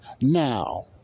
Now